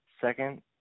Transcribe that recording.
second